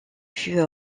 fut